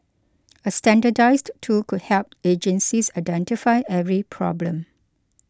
a standardised tool could help agencies identify every problem